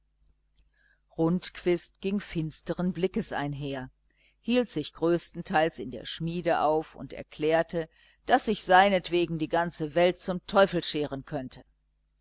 rundquist ging finsteren blicks einher hielt sich größtenteils in der schmiede auf und erklärte daß sich seinetwegen die ganze welt zum teufel scheren könnte